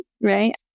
right